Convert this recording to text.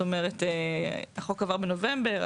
החוק עבר בנובמבר,